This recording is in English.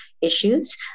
issues